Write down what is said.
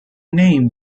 name